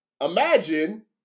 Imagine